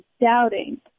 doubting